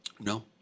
No